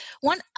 One